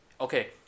Okay